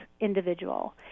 individual